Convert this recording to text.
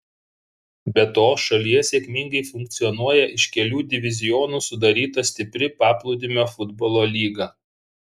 be to šalyje sėkmingai funkcionuoja iš kelių divizionų sudaryta stipri paplūdimio futbolo lyga